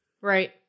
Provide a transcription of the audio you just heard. Right